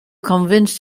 convinced